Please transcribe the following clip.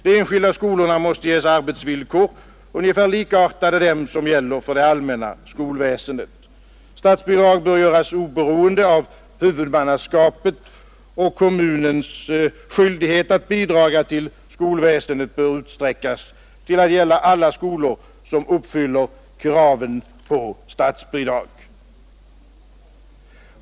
De enskilda skolorna måste ges arbetsvillkor ungefär likartade dem som gäller för det allmänna skolväsendet. Statsbidrag bör göras oberoende av huvudmannaskapet, och kommunens skyldighet att bidraga till skolväsendet bör utsträckas till att gälla alla skolor som uppfyller kraven för statsbidrag.